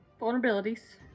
vulnerabilities